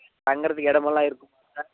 தங்குகிறதுக்கு இடம் எல்லாம் இருக்குமா சார்